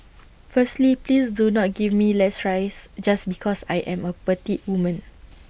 firstly please do not give me less rice just because I am A petite woman